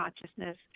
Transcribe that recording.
consciousness